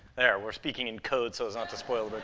there, we're speaking in code so as not to spoil the